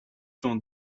dans